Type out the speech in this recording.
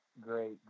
great